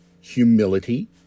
humility